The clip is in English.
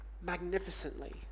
magnificently